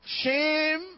shame